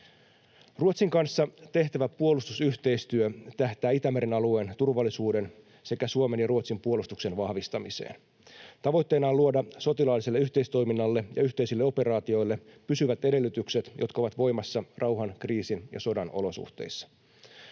Ruotsin kanssa tehtävä puolustusyhteistyö tähtää Itämeren alueen turvallisuuden sekä Suomen ja Ruotsin puolustuksen vahvistamiseen. Tavoitteena on luoda sotilaalliselle yhteistoiminnalle ja yhteisille operaatioille pysyvät edellytykset, jotka ovat voimassa rauhan, kriisin ja sodan olosuhteissa.